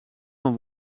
van